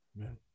Amen